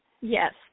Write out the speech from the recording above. Yes